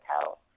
tell